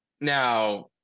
Now